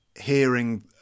hearing